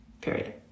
period